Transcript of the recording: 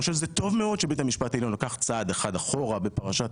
אני חושב שזה טוב מאוד שבית המשפט העליון לקח צעד אחד אחורה בפרשת